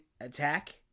attack